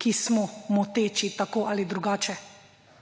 ki smo moteči tako ali drugače.